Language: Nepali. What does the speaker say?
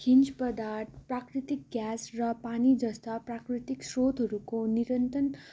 खनिज पदार्थ प्राकृतिक ग्यास र पानी जस्ता प्राकृतिक स्रोतहरूको निरन्तर